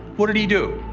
what did he do?